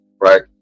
right